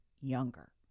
younger